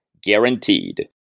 guaranteed